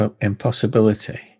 impossibility